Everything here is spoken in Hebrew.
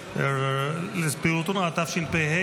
אונר"א, התשפ"ה,